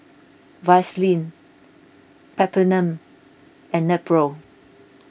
Vaselin Peptamen and Nepro